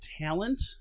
talent